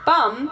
Bum